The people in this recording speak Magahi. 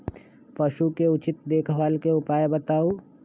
पशु के उचित देखभाल के उपाय बताऊ?